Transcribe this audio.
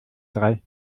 drei